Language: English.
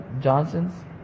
Johnsons